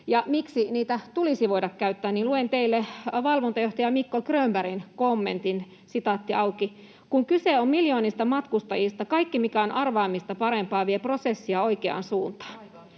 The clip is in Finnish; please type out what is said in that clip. miksi niitä tulisi voida käyttää? Luen teille valvontajohtaja Mikko Grönbergin kommentin: ”Kun kyse on miljoonista matkustajista, kaikki, mikä on arvaamista parempaa, vie prosessia oikeaan suuntaan.”